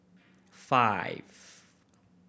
five